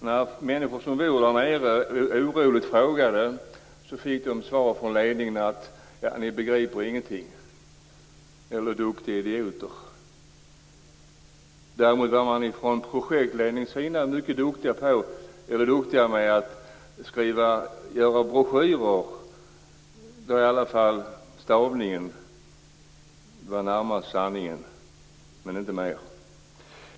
När människor som bor där nere oroligt frågade, fick de till svar från ledningen: Ni begriper ingenting - ni är duktiga idioter. Däremot var man från projektledningens sida mycket duktiga med att göra broschyrer där det var stavningen och inget annat som var närmast sanningen.